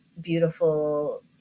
beautiful